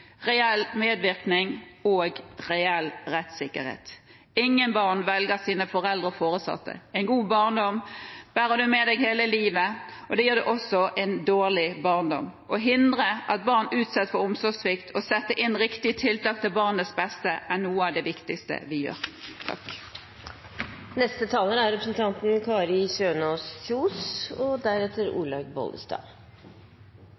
reell medvirkning og reell rettssikkerhet. Ingen barn velger sine foreldre eller foresatte. En god barndom bærer du med deg hele livet, det gjelder også en dårlig barndom. Å hindre at barn utsettes for omsorgssvikt og å sette inn riktige tiltak til barnets beste, er noe av det viktigste vi gjør.